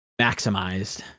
maximized